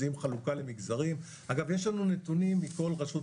לחצנו גם למנות רכזי